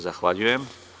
Zahvaljujem.